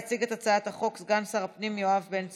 יציג את הצעת החוק סגן שר הפנים יואב בן צור,